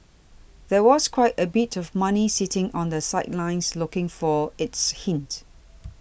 there was quite a bit of money sitting on the sidelines looking for it's hint